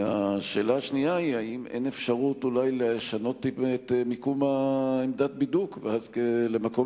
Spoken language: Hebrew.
השאלה השנייה היא: האם אין אפשרות לשנות את מיקום עמדת הבידוק למקום